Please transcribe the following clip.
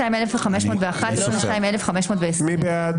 22,521 עד 22,540. מי בעד?